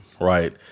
right